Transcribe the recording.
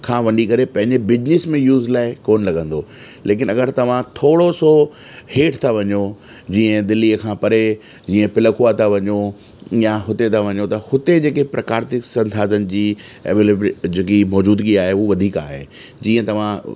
खां वंडी करे पंहिंजे बिजिनिस में यूज लाइ कोन्ह लॻंदो लेकिन अगरि तव्हां थोरो सो हेठि तव्हां वञो जीअं दिल्लीअ खां परे जीअं पिलखुवा था वञो या हुते था वञो त हुते जेके प्रकारतिक संसाधन जी एवेलेबल जेकी मौजूदगी आहे हू वधीक आहे जीअं तव्हां